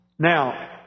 Now